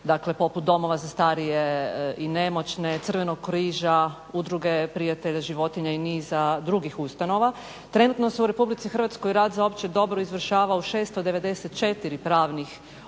dakle poput Domova za starije i nemoćne, Crvenog križa, Udruge prijatelja životinja i niza drugih ustanova. Trenutno se u RH rad za opće dobro izvršava u 694 pravnih osoba,